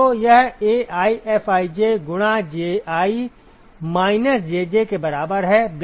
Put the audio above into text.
तो यह AiFij गुणा Ji माइनस Jj के बराबर है